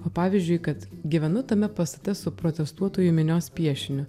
o pavyzdžiui kad gyvenu tame pastate su protestuotojų minios piešiniu